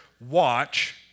watch